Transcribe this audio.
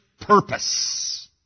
purpose